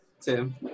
Tim